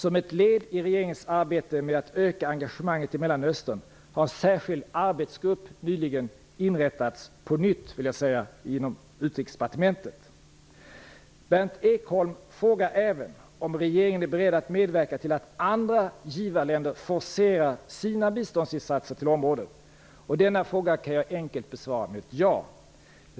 Som ett led i regeringens arbete med att öka engagemanget i Mellanöstern har en särskild arbetsgrupp nyligen återigen inrättats på Berndt Ekholm frågar även om regeringen är beredd att medverka till att andra givarländer forcerar sina biståndsinsatser till området. Denna fråga kan jag enkelt besvara med ett ja.